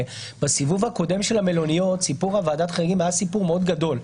בסיבוב הקודם של המלוניות סיפור ועדת החריגים היה סיפור מאוד גדול,